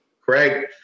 Craig